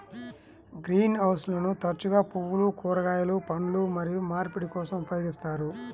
green హౌస్లను తరచుగా పువ్వులు, కూరగాయలు, పండ్లు మరియు మార్పిడి కోసం ఉపయోగిస్తారు